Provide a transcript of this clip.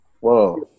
Whoa